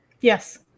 Yes